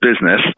business